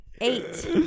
eight